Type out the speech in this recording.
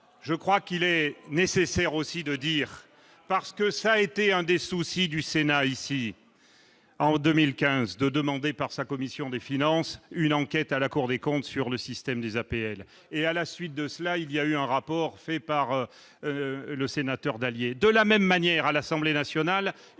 je crois qu'il est nécessaire aussi de dire parce que ça a été un des soucis du Sénat ici en 2015 de demander par sa commission des finances, une enquête à la Cour des comptes sur le système des APL et à la suite de cela, il y a eu un rapport fait par le sénateur Dallier, de la même manière, à l'Assemblée nationale,